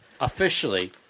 officially